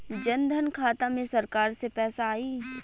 जनधन खाता मे सरकार से पैसा आई?